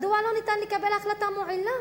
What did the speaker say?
מדוע לא ניתן לקבל החלטה מועילה,